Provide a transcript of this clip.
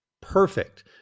Perfect